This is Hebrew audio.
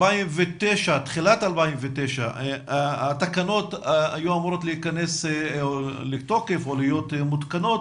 בתחילת 2009 התקנות היו אמורות להכנס לתוקף או להיות מותקנות,